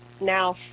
now